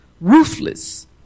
ruthless